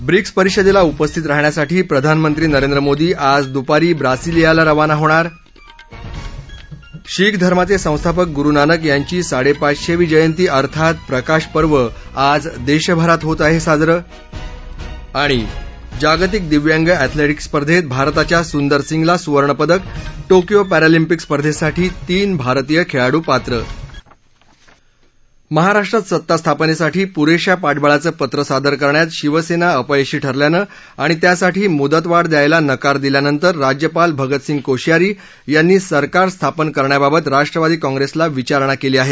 BRICS परिषदेला उपस्थित राहण्यासाठी प्रधानमंत्री नरेंद्र मोदी आज दुपारी ब्रासिलियाला रवाना होणार शीख धर्माचे संस्थापक गुरु नानक यांची साडेपाचशेवी जयंती अर्थात प्रकाश पर्व आज देशभरात होत आहे साजरं जागतिक दिव्यांग अॅथलेटिक्स स्पर्धेत भारताच्या सुंदर सिंगला सुवर्णपदक टोक्यो पॅरालिंपिक स्पर्धेसाठी तीन भारतीय खेळाडू पात्र महाराष्ट्रात सत्तास्थापनेसाठी पुरेशा पाठबळाचं पत्र सादर करण्यात शिवसेना अपयशी ठरल्यानं आणि त्यासाठी मुदतवाढ द्यायला नकार दिल्यानंतर राज्यपाल भगतसिंग कोश्यारी यांनी सरकार स्थापन करण्याबाबत राष्ट्रवादी काँग्रेसला विचारणा केली आहे